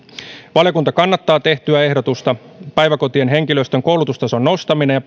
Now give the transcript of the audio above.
valiokunta kannattaa tehtyä ehdotusta päiväkotien henkilöstön koulutustason nostaminen